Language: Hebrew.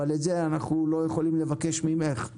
אבל את זה אנחנו לא יכולים לבקש ממך.